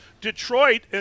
Detroit